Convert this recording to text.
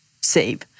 save